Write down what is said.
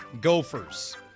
Gophers